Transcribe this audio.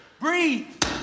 breathe